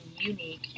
unique